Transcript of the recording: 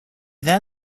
then